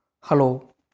Hello